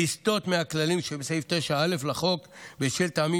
לסטות מהכללים שבסעיף 9(א) לחוק בשל טעמים